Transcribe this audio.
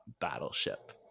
Battleship